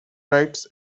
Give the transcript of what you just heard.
rites